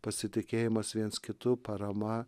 pasitikėjimas viens kitu parama